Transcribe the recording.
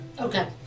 Okay